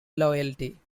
loyalty